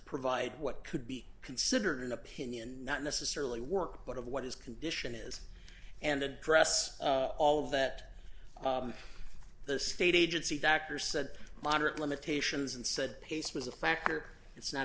provide what could be considered an opinion not necessarily work but of what his condition is and address all of that the state agency doctors said moderate limitations and said pace was a factor it's not